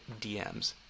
DMs